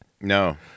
No